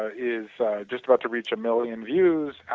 ah is just about to reach a million views.